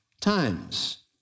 times